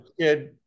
kid